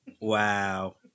Wow